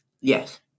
Yes